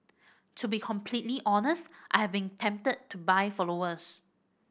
to be completely honest I have been tempted to buy followers